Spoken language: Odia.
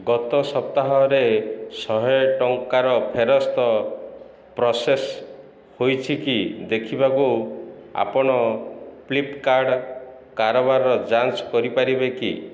ଗତ ସପ୍ତାହରେ ଶହେ ଟଙ୍କାର ଫେରସ୍ତ ପ୍ରୋସେସ୍ ହୋଇଛିକି ଦେଖିବାକୁ ଆପଣ ଫ୍ଲିପ୍କାର୍ଟ୍ କାରବାର ଯାଞ୍ଚ କରିପାରିବେ କି